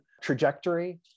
trajectory